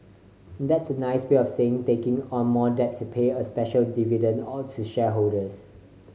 that's a nice way of saying taking on more debt to pay a special dividend all to shareholders